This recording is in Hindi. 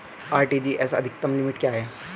आर.टी.जी.एस की अधिकतम लिमिट क्या है?